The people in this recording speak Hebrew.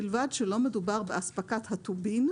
בשם הדחיפות, זה מ-8 בנובמבר